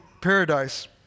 paradise